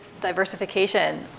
diversification